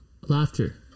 laughter